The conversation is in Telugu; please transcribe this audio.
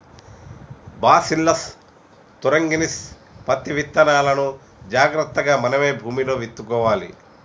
బాసీల్లస్ తురింగిన్సిస్ పత్తి విత్తనాలును జాగ్రత్తగా మనమే భూమిలో విత్తుకోవాలి